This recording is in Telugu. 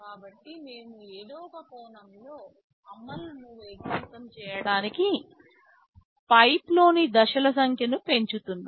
కాబట్టి మేము ఏదో ఒక కోణంలో అమలును వేగవంతం చేయడానికి పైప్లైన్లోని దశల సంఖ్యను పెంచుతున్నాము